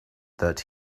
that